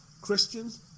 Christians